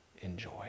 enjoy